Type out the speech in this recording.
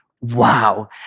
Wow